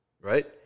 right